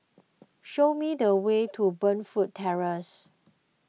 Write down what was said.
show me the way to Burnfoot Terrace